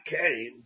came